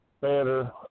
better